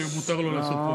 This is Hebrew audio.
שמותר לו לעשות,